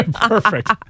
Perfect